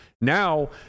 Now